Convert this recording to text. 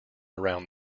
around